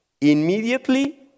Immediately